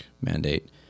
mandate